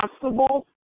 possible